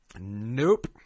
Nope